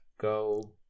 go